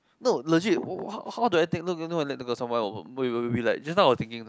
no legit wh~ wh~ how how do I think let go of someone will be like just now I was thinking it's like